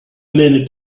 minute